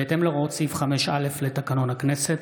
בהתאם להוראות סעיף 5(א) לתקנון הכנסת,